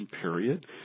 period